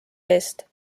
eest